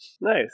nice